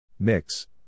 Mix